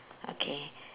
okay